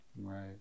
Right